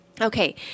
Okay